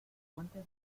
puente